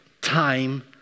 time